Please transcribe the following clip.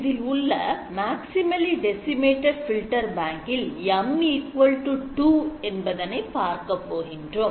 இதில் உள்ள maximally decimated filter bank இல் M2 என்பதனை பார்க்கப் போகின்றோம்